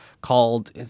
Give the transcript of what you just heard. called